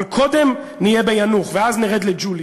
אבל קודם נהיה ביאנוח ואז נרד לג'וליס.